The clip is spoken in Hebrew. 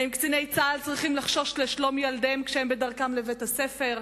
האם קציני צה"ל צריכים לחשוש לשלום ילדיהם כשהם בדרכם לבית-הספר?